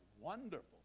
wonderful